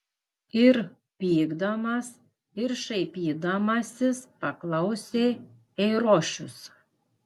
ir pykdamas ir šaipydamasis paklausė eirošius